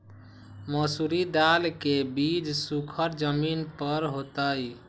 मसूरी दाल के बीज सुखर जमीन पर होतई?